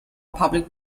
public